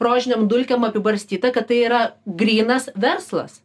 rožinėm dulkėm apibarstyta kad tai yra grynas verslas